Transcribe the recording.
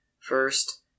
first